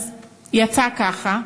אז יצא ככה,